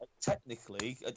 technically